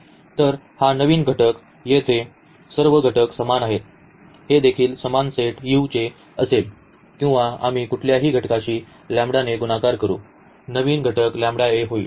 तर हा नवीन घटक येथे सर्व घटक समान आहेत हे देखील समान सेट U चे असेल किंवा आम्ही कुठल्याही घटकाशी ने गुणाकार करू नवीन घटक होईल